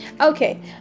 okay